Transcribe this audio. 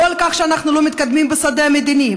לא על כך שאנחנו לא מתקדמים בשדה המדיני.